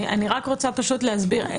אני רק רוצה פשוט להסביר.